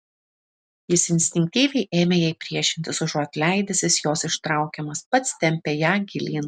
jis instinktyviai ėmė jai priešintis užuot leidęsis jos ištraukiamas pats tempė ją gilyn